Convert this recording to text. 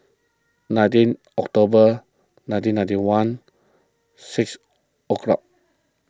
nineteen October nineteen ninety one six o'clock